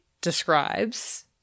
describes